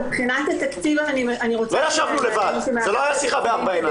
לא ישבנו לבד, זו לא הייתה שיחה בארבע עיניים.